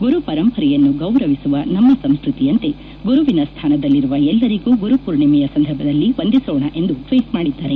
ಗುರು ಪರಂಪರೆಯನ್ನು ಗೌರವಿಸುವ ನಮ್ಮ ಸಂಸ್ಕೃತಿಯಂತೆ ಗುರುವಿನ ಸ್ವಾನದಲ್ಲಿರುವ ಎಲ್ಲರಿಗೂ ಗುರು ಪೂರ್ಣಿಮೆಯ ಸಂದರ್ಭದಲ್ಲಿ ವಂದಿಸೋಣ ಎಂದು ಟ್ವೀಟ್ ಮಾಡಿದ್ದಾರೆ